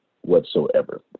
whatsoever